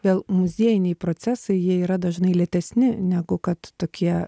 vėl muziejiniai procesai jie yra dažnai lėtesni negu kad tokie